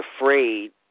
afraid